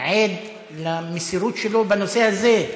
עד למסירות שלו בנושא הזה,